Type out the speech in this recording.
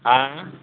हँ